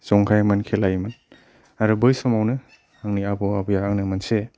जंखायोमोन खेलायोमोन आरो बै समावनो आंनि आबौ आबैआ आंनो मोनसे